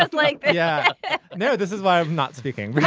like yeah you know this is why i'm not speaking